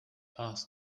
last